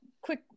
quick